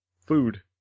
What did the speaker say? food